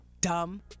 dumb